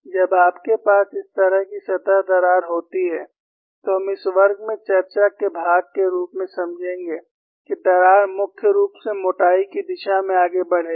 जब आपके पास इस तरह की सतह दरार होती है तो हम इस वर्ग में चर्चा के भाग के रूप में समझेंगे कि दरार मुख्य रूप से मोटाई की दिशा में आगे बढ़ेगी